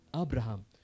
Abraham